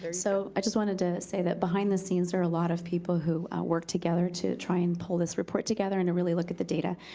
so i just wanted to say that behind the scenes there are a lot of people who worked together to try and pull this report together and to really look at the data.